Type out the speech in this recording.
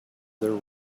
their